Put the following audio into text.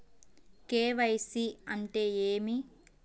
KYC అంటే ఏమి?